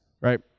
right